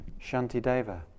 Shantideva